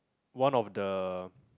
one of the